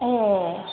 ए